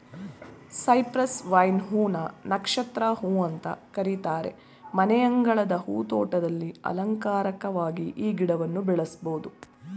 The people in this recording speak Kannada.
ಸೈಪ್ರಸ್ ವೈನ್ ಹೂ ನ ನಕ್ಷತ್ರ ಹೂ ಅಂತ ಕರೀತಾರೆ ಮನೆಯಂಗಳದ ಹೂ ತೋಟದಲ್ಲಿ ಅಲಂಕಾರಿಕ್ವಾಗಿ ಈ ಗಿಡನ ಬೆಳೆಸ್ಬೋದು